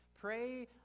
Pray